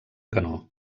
canó